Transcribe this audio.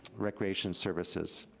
recreation services.